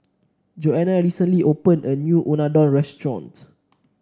Jonna recently opened a new Unadon Restaurant